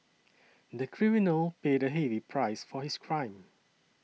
the criminal paid a heavy price for his crime